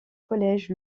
collèges